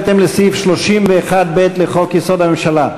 בהתאם לסעיף 31(ב) לחוק-יסוד: הממשלה,